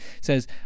says